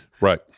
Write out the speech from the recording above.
Right